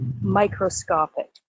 microscopic